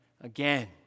again